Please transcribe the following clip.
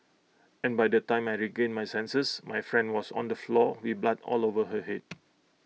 and by the time I regained my senses my friend was on the floor with blood all over her Head